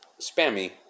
spammy